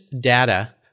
data